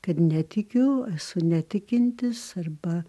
kad netikiu esu netikintis arba